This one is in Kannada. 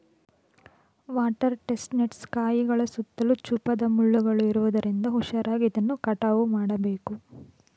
ವಾಟರ್ ಟೆಸ್ಟ್ ನೆಟ್ಸ್ ಕಾಯಿಗಳ ಸುತ್ತಲೂ ಚೂಪಾದ ಮುಳ್ಳುಗಳು ಇರುವುದರಿಂದ ಹುಷಾರಾಗಿ ಇದನ್ನು ಕಟಾವು ಮಾಡಬೇಕು